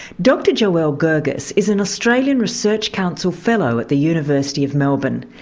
dr joelle gergis is an australian research council fellow at the university of melbourne,